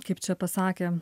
kaip čia pasakė